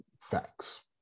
Facts